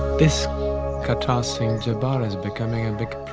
this kartar singh jhabbar is becoming a big